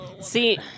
See